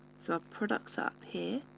so our product's up here.